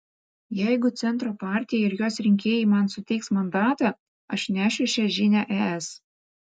jeigu centro partija ir jos rinkėjai man suteiks mandatą aš nešiu šią žinią es